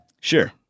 Sure